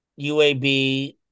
UAB